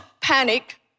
panic